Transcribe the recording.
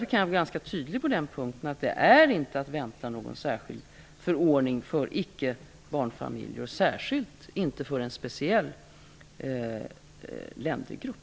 Jag kan vara ganska tydlig på den punkten: någon särskild förordning för andra än barnfamiljer är inte att vänta, och särskilt inte för en speciell ländergrupp.